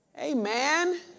Amen